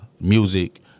music